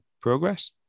Progress